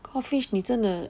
codfish 你真的